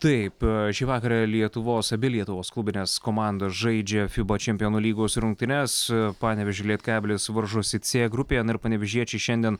taip šį vakarą lietuvos abi lietuvos klubinės komandos žaidžia fiba čempionų lygos rungtynes panevėžio lietkabelis varžosi c grupėje na ir panevėžiečiai šiandien